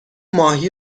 ماهی